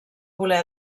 voler